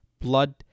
blood